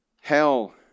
Hell